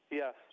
yes